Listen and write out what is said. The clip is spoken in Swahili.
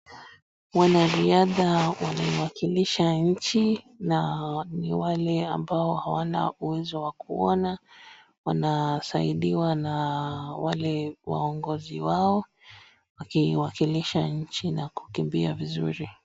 Wana riadha wanaiwakilisha nchi na ni wale ambao hawana uwezo wa kuona. Wanasaidiwa na wale waongozi wao wakiwakilisha nchi na kukimbia vizuri.